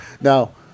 Now